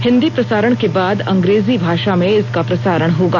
हिन्दी प्रसारण के बाद अंग्रेजी भाषा में इसका प्रसारण होगा